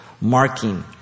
marking